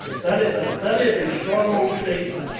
that is ah that is a strong statement.